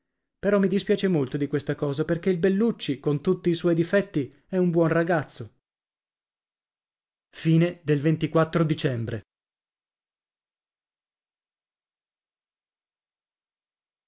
però mi dispiace molto di questa cosa perché il bellucci con tutti i suoi difetti è un buon ragazzo dicembre